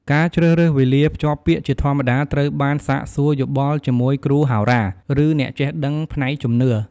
ការជ្រើសរើសវេលាភ្ជាប់ពាក្យជាធម្មតាត្រូវបានសាកសួរយោបល់ជាមួយគ្រូហោរា ឬអ្នកចេះដឹងផ្នែកជំនឿ ។